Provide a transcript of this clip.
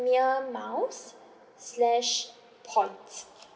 premier miles slash points